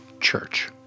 church